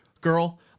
girl